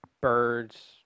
birds